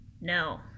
no